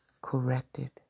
corrected